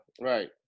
right